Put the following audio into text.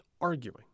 arguing